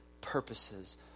purposes